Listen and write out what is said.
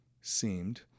seemed